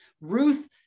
Ruth